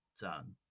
done